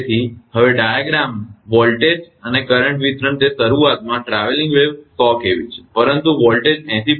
તેથી હવે અને ડાયાગ્રામ વોલ્ટેજ અને કરંટ વિતરણ તે શરૂઆતમાં ટ્રાવેલીંગ વેવ 100 kV છે પરંતુ વોલ્ટેજ 80